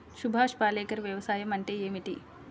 సుభాష్ పాలేకర్ వ్యవసాయం అంటే ఏమిటీ?